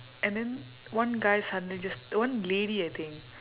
and then one guy suddenly just one lady I think